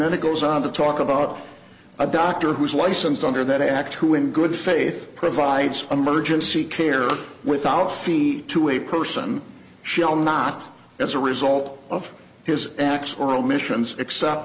then it goes on to talk about a doctor who is licensed under that act who in good faith provides emergency care without feet to a person shall not as a result of his acts or omissions accept